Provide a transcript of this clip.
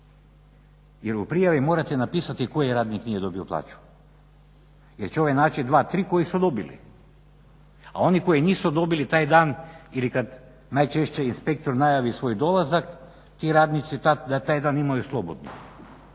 jer u prijavi morate napisati koji radnik nije dobio plaću, jer će ovaj naći dva, tri koji su dobili, a oni koji nisu dobili taj dan, ili kad najčešće inspektor najavi svoj dolazak, ti radnici taj dan imaju slobodno,